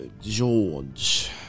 George